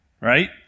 right